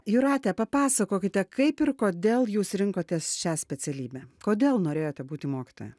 jūrate papasakokite kaip ir kodėl jūs rinkotės šią specialybę kodėl norėjote būti mokytoja